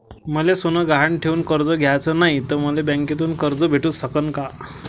मले सोनं गहान ठेवून कर्ज घ्याचं नाय, त मले बँकेमधून कर्ज भेटू शकन का?